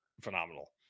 phenomenal